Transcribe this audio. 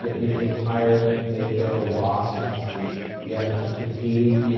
they feel tired, they feel lost. the fatigue. yeah, so fatigue,